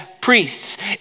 priests